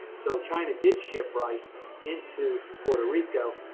so china did ship rice into puerto rico.